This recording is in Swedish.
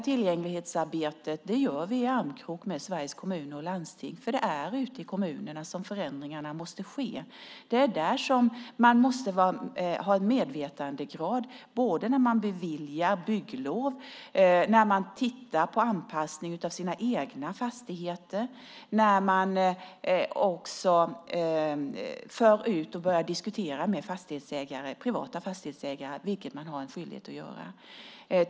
Tillgänglighetsarbetet gör vi i armkrok med Sveriges Kommuner och Landsting, för det är ute i kommunerna som förändringarna måste ske. Det är där som man måste ha en hög medvetandegrad när man beviljar bygglov, ser över anpassningen av sina egna fastigheter och också när man diskuterar med privata fastighetsägare, vilket man har en skyldighet att göra.